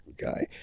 guy